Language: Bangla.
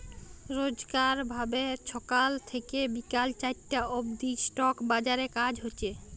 রইজকার ভাবে ছকাল থ্যাইকে বিকাল চারটা অব্দি ইস্টক বাজারে কাজ হছে